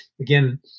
again